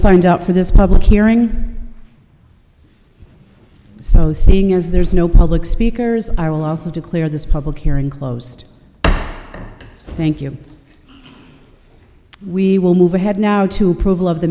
signed up for this public hearing so seeing as there is no public speakers i will also declare this public hearing closed thank you we will move ahead now to prove all of the